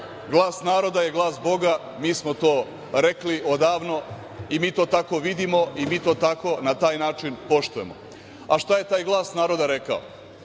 Glas naroda je glas Boga, mi smo to rekli odavno, i mi to tako vidimo i mi to tako na taj način poštujemo. Šta je taj glas naroda rekao?